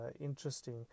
interesting